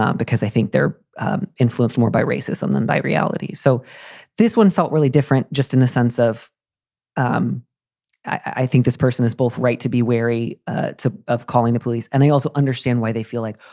um because i think they're influenced more by racism than by reality. so this one felt really different just in the sense of um i think this person is both right to be wary ah of calling the police. and they also understand why they feel like,